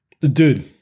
Dude